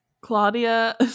Claudia